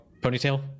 ponytail